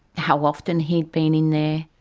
how often he'd been in there.